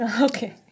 Okay